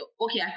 okay